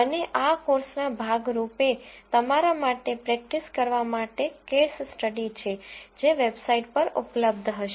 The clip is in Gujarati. અને આ કોર્સના ભાગ રૂપે તમારા માટે પ્રેક્ટિસ કરવા માટે કેસ સ્ટડી છે જે વેબસાઇટ પર ઉપલબ્ધ હશે